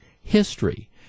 history